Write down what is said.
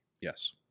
Yes